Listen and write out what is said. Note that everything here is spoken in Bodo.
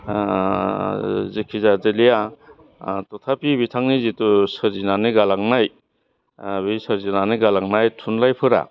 जेखि जादोलिया थथाफि बिथांनि जिथु सोरजिनानै गालांनाय बे सोरजिनानै गालांनाय थुनलाइफोरा